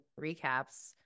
recaps